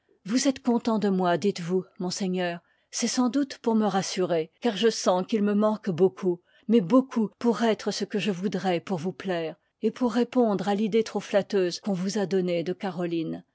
vous êtes content de moi dites-vous monseigneur c'est sans doute pour me rassurer car je sens qu'il me manque beaucoup mais beaucoup pour être ce que je voudrois pour vous plaire et pour répondre à l'idée trop flatteuse qu'on vous a donnée de caroline